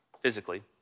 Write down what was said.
physically